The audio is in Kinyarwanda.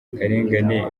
akarengane